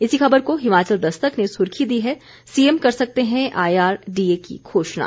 इसी खबर को हिमाचल दस्तक ने सुर्खी दी है सीएम कर सकते हैं आईआर डीए की घोषणा